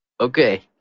Okay